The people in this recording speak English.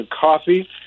coffee